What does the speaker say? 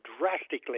drastically